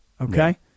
okay